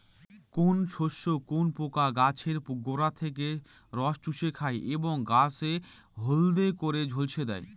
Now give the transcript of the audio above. কোন শস্যে কোন পোকা গাছের গোড়া থেকে রস চুষে খায় এবং গাছ হলদে করে ঝলসে দেয়?